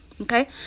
Okay